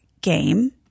game